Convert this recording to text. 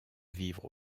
vivre